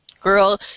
girl